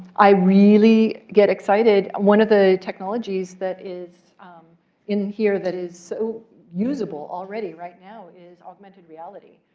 i really get excited. one of the technologies that is in here that is so usable already right now is augmented reality.